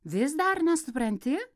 vis dar nesupranti